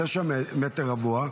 תשעה מ"ר,